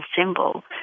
symbol